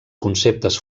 conceptes